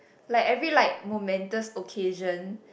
like every like momentous occasion